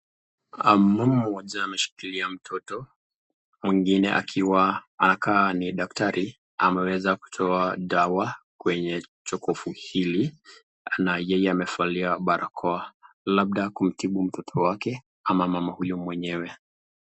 Mama mmoja amemshikilia mtoto mwingine akiwa anakaa ni daktari ameweza kutoa dawa kwenye jokofu hili na yeye amevalia barakoa labda kumtibu mtoto wake ama mama huyu mwenyewe.